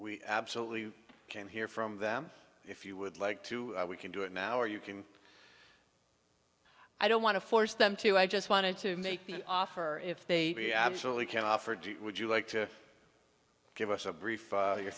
we absolutely can hear from them if you would like to we can do it now or you can i don't want to force them to i just wanted to make the offer if they be absolutely can offer would you like to give us a brief your